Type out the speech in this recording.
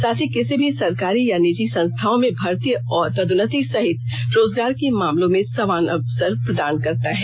साथ ही किसी भी सरकारी या निजी संस्थाओं में भर्ती और पदोन्नति सहित रोजगार के मामलों में समान अवसर प्रदान करता है